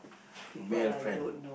male friend